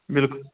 بالکل